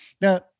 Now